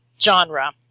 genre